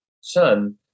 son